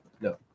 No